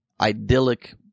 idyllic